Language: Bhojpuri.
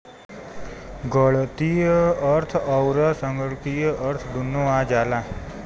गणीतीय अर्थ अउर संगणकीय अर्थ दुन्नो आ जाला